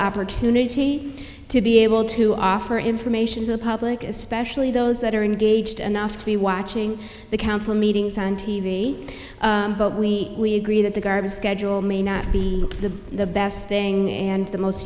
opportunity to be able to offer information to the public especially those that are engaged and off to be watching the council meetings on t v we agree that the garbage schedule may not be the best thing and the most